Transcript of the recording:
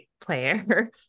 player